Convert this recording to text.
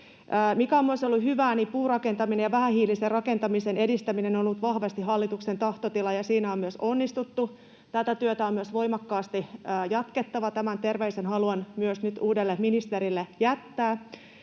Sekin on ollut hyvää, että puurakentaminen ja vähähiilisen rakentamisen edistäminen on ollut vahvasti hallituksen tahtotila ja siinä on myös onnistuttu. Tätä työtä on myös voimakkaasti jatkettava. Tämän terveisen haluan myös nyt uudelle ministerille jättää.